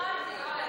רק התחלתי.